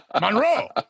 Monroe